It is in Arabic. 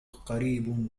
قريب